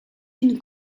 une